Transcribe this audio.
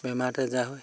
বেমাৰতো যাৰ হয়